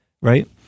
right